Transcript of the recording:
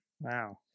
Wow